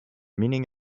meaning